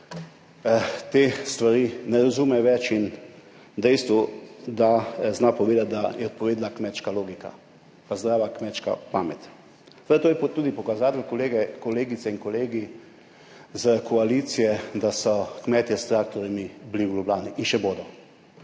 te stvari ne razume več in dejstvo, da zna povedati, da je odpovedala kmečka logika pa zdrava kmečka pamet. To je tudi pokazatelj, kolegice in kolegi s koalicije, da so kmetje s traktorjem bili v Ljubljani in še bodo.